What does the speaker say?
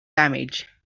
damage